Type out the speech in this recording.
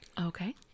Okay